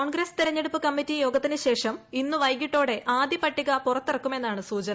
കോൺഗ്രസ് തെരഞ്ഞെടുപ്പ് കമ്മിറ്റി യോഗത്തിന് ശേഷം ഇന്ന് വൈകിട്ടോടെ ആദ്യ പട്ടിക പുറത്തിറക്കുമെന്നാണ് സൂചന